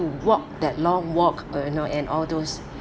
walk that long walk oh you know and all those